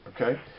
Okay